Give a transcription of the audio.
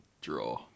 Draw